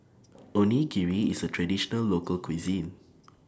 Onigiri IS A Traditional Local Cuisine